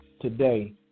today